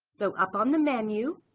so up on the menu,